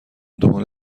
دنبال